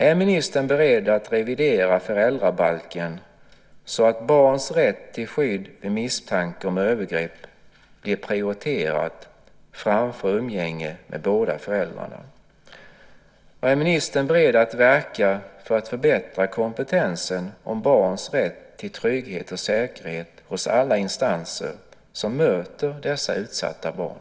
Är ministern beredd att revidera föräldrabalken så att barns rätt till skydd vid misstanke om övergrepp är prioriterat framför umgänge med båda föräldrarna? Är ministern beredd att verka för att förbättra kompetensen om barns rätt till trygghet och säkerhet hos alla instanser som möter dessa utsatta barn?